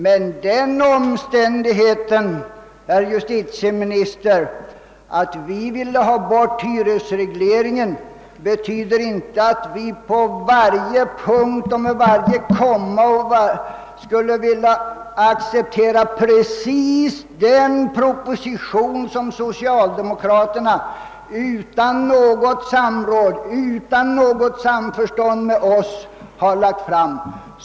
Men den omständigheten, herr justitieminister, att vi vill ha bort hyresregleringen betyder inte att vi på varje avsnitt, i fråga om varje kommatecken, skulle vilja acceptera precis den Proposition som socialdemokraterna utan något samråd, utan något samförstånd med oss har lagt fram.